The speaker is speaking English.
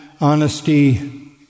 honesty